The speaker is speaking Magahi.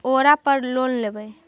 ओरापर लोन लेवै?